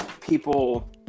people